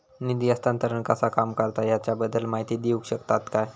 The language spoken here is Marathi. निधी हस्तांतरण कसा काम करता ह्याच्या बद्दल माहिती दिउक शकतात काय?